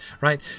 right